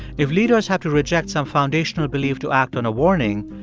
if leaders have to reject some foundational belief to act on a warning,